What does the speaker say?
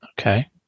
Okay